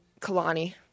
Kalani